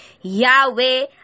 yahweh